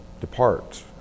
Depart